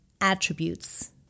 attributes